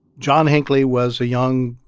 john hinkley was a young,